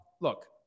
look